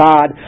God